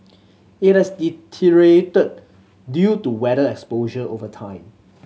it had deteriorated due to weather exposure over time